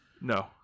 No